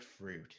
fruit